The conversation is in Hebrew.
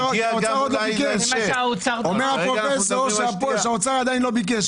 אומר הפרופסור שהאוצר עדיין לא ביקש.